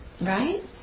Right